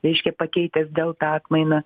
reiškia pakeitęs delta atmainą